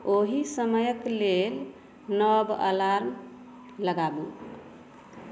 ओहि समयके लेल नव अलार्म लगाबू